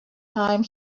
thyme